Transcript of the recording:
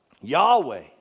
Yahweh